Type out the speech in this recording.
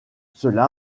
cela